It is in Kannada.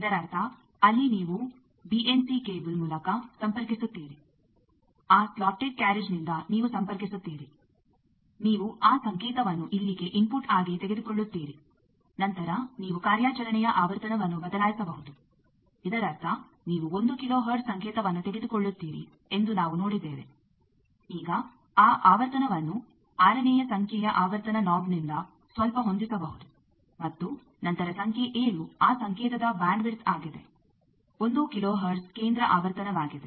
ಇದರರ್ಥ ಅಲ್ಲಿ ನೀವು ಬಿಎನ್ಸಿ ಕೇಬಲ್ ಮೂಲಕ ಸಂಪರ್ಕಿಸುತ್ತೀರಿ ಆ ಸ್ಲೊಟ್ಟೆಡ್ ಕ್ಯಾರ್ರೇಜ್ನಿಂದ ನೀವು ಸಂಪರ್ಕಿಸುತ್ತೀರಿ ನೀವು ಆ ಸಂಕೇತವನ್ನು ಇಲ್ಲಿಗೆ ಇನ್ಫುಟ್ ಆಗಿ ತೆಗೆದುಕೊಳ್ಳುತ್ತೀರಿ ನಂತರ ನೀವು ಕಾರ್ಯಾಚರಣೆಯ ಆವರ್ತನವನ್ನು ಬದಲಾಯಿಸಬಹುದು ಇದರರ್ಥ ನೀವು 1 ಕಿಲೋ ಹರ್ಟ್ಜ್ ಸಂಕೇತವನ್ನು ತೆಗೆದುಕೊಳ್ಳುತ್ತೀರಿ ಎಂದು ನಾವು ನೋಡಿದ್ದೇವೆ ಈಗ ಆ ಆವರ್ತನವನ್ನು 6 ನೇಯ ಸಂಖ್ಯೆಯ ಆವರ್ತನ ನಾಬನಿಂದ ಸ್ವಲ್ಪ ಹೊಂದಿಸಬಹುದು ಮತ್ತು ನಂತರ ಸಂಖ್ಯೆ 7 ಆ ಸಂಕೇತದ ಬ್ಯಾಂಡ್ ವಿಡ್ತ್ ಆಗಿದೆ 1 ಕಿಲೋ ಹರ್ಟ್ಜ್ ಕೇಂದ್ರ ಆವರ್ತನವಾಗಿದೆ